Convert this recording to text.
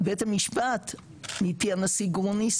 בית המשפט מפי הנשיא גרוניס,